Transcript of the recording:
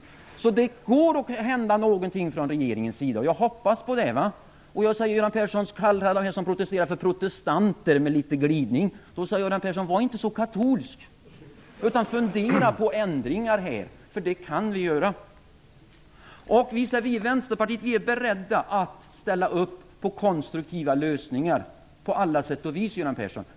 Det går alltså att få någonting att hända från regeringens sida, och jag hoppas på det. Göran Persson kallade nyss dem som protesterar för protestanter, med litet glidning. Då så, Göran Persson: Var inte så katolsk utan fundera på ändringar, för det kan vi göra. Vi i Vänsterpartiet är beredda att ställa upp på konstruktiva lösningar på alla sätt och vis, Göran Persson.